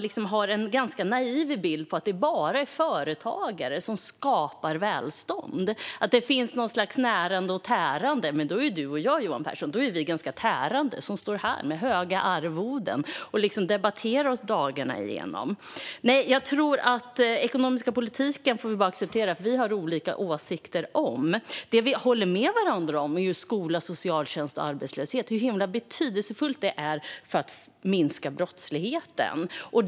Ni har en ganska naiv bild om att det bara är företagare som skapar välstånd, att det finns ett slags närande och tärande. Då är du och jag, Johan Pehrson, tärande. Vi står här med höga arvoden och debatterar dagarna igenom. Jag tror att vi bara får acceptera att vi har olika åsikter om den ekonomiska politiken. Det vi håller med varandra om är hur betydelsefulla frågorna om skola, socialtjänst och arbetslöshet är för att minska brottsligheten.